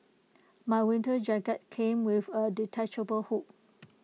my winter jacket came with A detachable hood